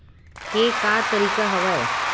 के का तरीका हवय?